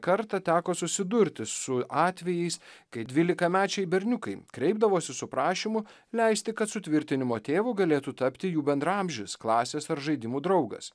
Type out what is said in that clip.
kartą teko susidurti su atvejais kai dvylikamečiai berniukai kreipdavosi su prašymu leisti kad sutvirtinimo tėvu galėtų tapti jų bendraamžis klasės ar žaidimų draugas